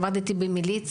עבדתי שנים במליץ,